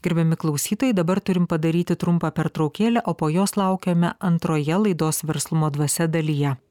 gerbiami klausytojai dabar turim padaryti trumpą pertraukėlę o po jos laukiame antroje laidos verslumo dvasia dalyje